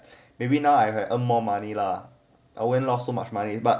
maybe now I have earn more money lah I won't lost so much money but